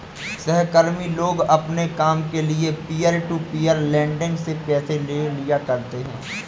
सहकर्मी लोग अपने काम के लिये पीयर टू पीयर लेंडिंग से पैसे ले लिया करते है